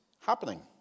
happening